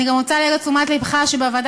אני גם רוצה להעיר את תשומת לבך לכך שבוועדה